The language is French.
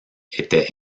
était